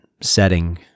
setting